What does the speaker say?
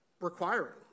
requiring